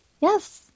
Yes